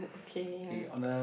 uh okay ah